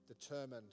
determined